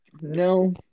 No